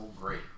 great